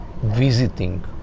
visiting